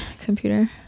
computer